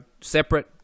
separate